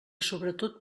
sobretot